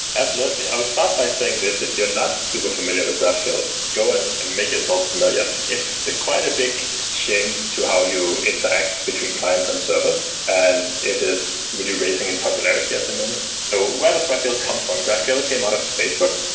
absolutely. i would start by saying this, if you're not super familiar with graphql, go and and make yourselves familiar. it's quite a big change to how you interact between clients and servers, and it is raising in popularity at the moment. so where does graphql come from? graphql came out of facebook.